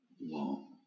long